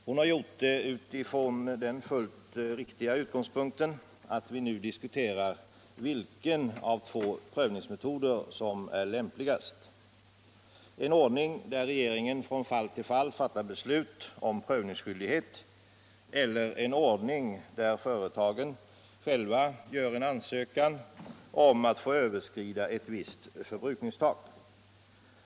Hon har gjort det utifrån den fullt riktiga utgångspunkten att vi nu diskuterar vilken av två prövningsmetoder som är lämpligast: en ordning där regeringen från fall till fall fattar beslut om prövningsskyldighet, eller en ordning där företagen själva gör en ansökan om att få överskrida ett visst förbrukningstak.